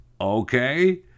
Okay